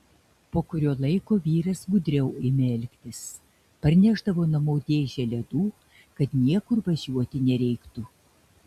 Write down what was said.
po kurio laiko vyras gudriau ėmė elgtis parnešdavo namo dėžę ledų kad niekur važiuoti nereiktų